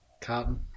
carton